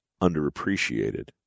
underappreciated